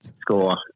score